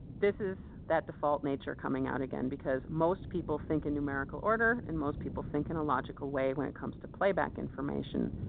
this is that default nature coming out again because most people think in numerical order and most people think in a logical way when it comes to playback information.